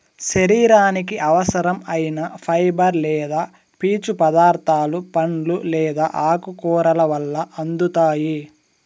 శరీరానికి అవసరం ఐన ఫైబర్ లేదా పీచు పదార్థాలు పండ్లు లేదా ఆకుకూరల వల్ల అందుతాయి